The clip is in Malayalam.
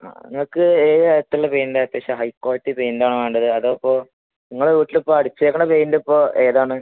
ആ നിങ്ങൾക്ക് ഏത് തരത്തിലുള്ള പെയിൻറ് ആണ് അത്യാവശ്യം ഹൈ ക്വാളിറ്റി പെയിൻറ് ആണോ വേണ്ടത് അതോ ഇപ്പോൾ ഇങ്ങളെ വീട്ടിലിപ്പോൾ അടിച്ചിരിക്കുന്നത് പെയിൻറ് ഇപ്പോൾ ഏതാണ്